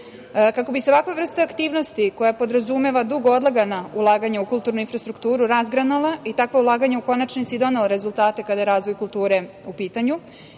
bi se ovakva vrsta aktivnosti, koja podrazumeva dugo odlagana ulaganja u kulturnu infrastrukturu, razgranala i takva ulaganja u konačnici donela rezultate kada je razvoj kulture u pitanju,